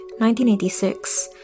1986